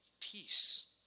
peace